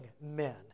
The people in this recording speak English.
men